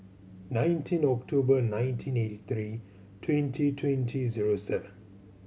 nineteen October nineteen eighty three twenty twenty zero seven